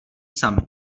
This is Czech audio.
samy